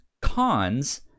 cons